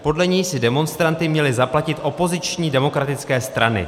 Podle něj si demonstranty měly zaplatit opoziční demokratické strany.